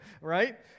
right